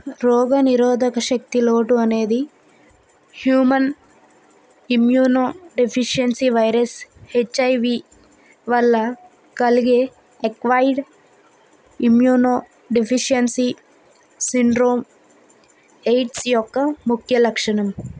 రోగ నిరోధక శక్తి లోటు అనేది human immunodeficiency virus HIV వల్ల కలిగే acquired immunodeficiency syndrome AIDS యొక్క ముఖ్య లక్షణం